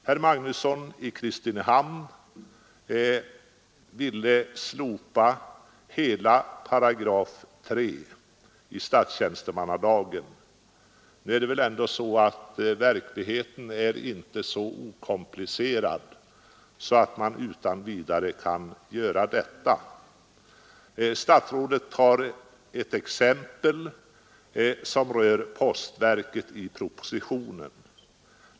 Herr Magnusson i Kristinehamn ville slopa hela 3 § statstjänstemannalagen. Verkligheten är emellertid inte så okomplicerad att man utan vidare kan göra detta. Statsrådet har i propositionen ett exempel som rör postverket.